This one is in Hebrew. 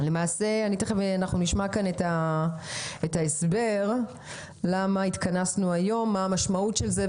תכף נשמע את ההסבר למה התכנסנו היום ומה המשמעות של זה.